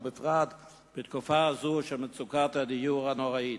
ובפרט בתקופה הזו של מצוקת הדיור הנוראית.